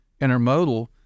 intermodal